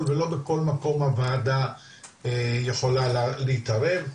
ולא לכל מקום הוועדה יכולה להתערב.